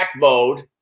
mode